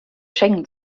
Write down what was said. schengen